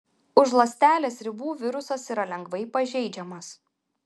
už ląstelės ribų virusas yra lengvai pažeidžiamas